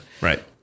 Right